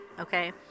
okay